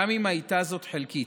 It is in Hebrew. גם אם הייתה זאת חלקית,